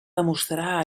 demostrar